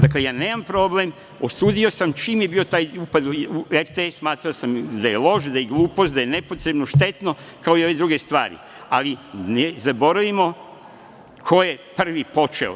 Dakle, ja nemam problem, osudio sam čim je bio taj upad u RTS, smatrao sam da je loš, da je glupost, da je nepotrebno, štetno, kao i ove druge stvari, ali ne zaboravimo ko je prvi počeo.